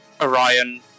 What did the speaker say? Orion